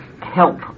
help